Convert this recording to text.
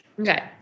Okay